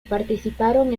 participaron